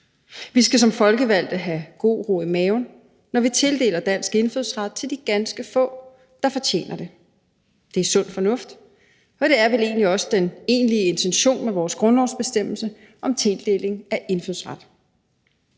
Vi skal som folkevalgte have god ro i maven, når vi tildeler dansk indfødsret til de ganske få, der fortjener det. Det er sund fornuft, og det er vel også den egentlige intention med vores grundlovsbestemmelse om tildeling af indfødsret.